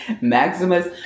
Maximus